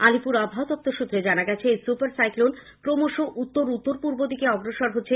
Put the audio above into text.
আলিপুর আবহাওয়া দফতর সৃত্রে জানা গেছে এই সৃপার সাইক্লোন ক্রমশ উত্তর উত্তর পূর্ব দিকে অগ্রসর হচ্ছে